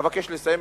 אבקש לסיים